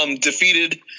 defeated